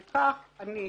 על כך עניתי,